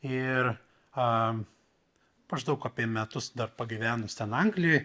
ir a maždaug apie metus dar pagyvenus ten anglijoj